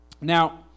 Now